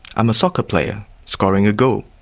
i'm a soccer player scoring a goal,